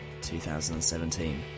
2017